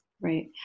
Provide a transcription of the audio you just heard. Right